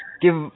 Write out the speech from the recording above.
Give